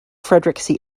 frederick